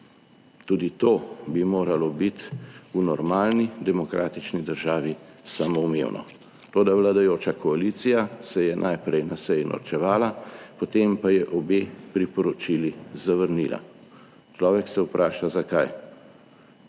Tudi to bi moralo biti v normalni demokratični državi samoumevno, toda vladajoča koalicija se je najprej na seji norčevala, potem pa je obe priporočili zavrnila. Človek se vpraša zakaj.